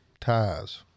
Ties